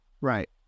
Right